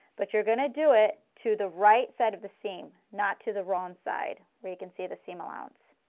but you are going to do it to the right side of the seam not to the wrong side, where you can see the seam allowance.